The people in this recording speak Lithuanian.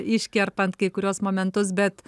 iškerpant kai kuriuos momentus bet